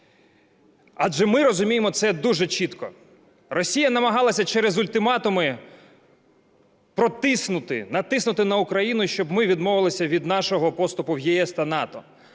адже ми розуміємо це дуже чітко. Росія намагалася через ультиматуми протиснути, натиснути на Україну, щоб ми відмовилися від нашого поступу в ЄС та НАТО.